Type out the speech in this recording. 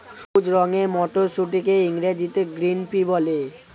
সবুজ রঙের মটরশুঁটিকে ইংরেজিতে গ্রিন পি বলে